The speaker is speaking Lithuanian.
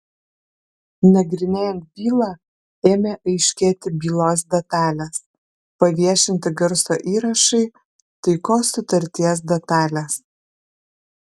nagrinėjant bylą ėmė aiškėti bylos detalės paviešinti garso įrašai taikos sutarties detalės